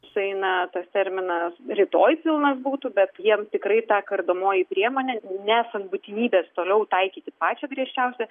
sueina tas terminas rytoj pilnas būtų bet jiem tikrai ta kardomoji priemonė nesant būtinybės toliau taikyti pačią griežčiausią